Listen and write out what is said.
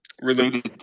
related